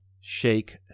shake